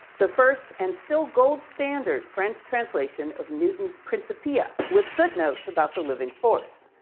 the first and still gold standard french translation of newton's principia with footnotes about the living force.